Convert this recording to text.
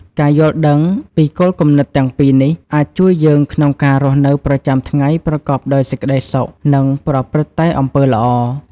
ការយល់ដឹងពីគោលគំនិតទាំងពីរនេះ អាចជួយយើងក្នុងការរស់នៅប្រចាំថ្ងៃប្រកបដោយសេចក្តីសុខ និងប្រព្រឹត្តតែអំពើល្អ។